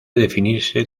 definirse